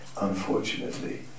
unfortunately